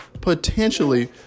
potentially